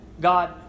God